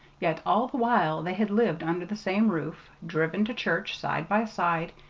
yet all the while they had lived under the same roof, driven to church side by side,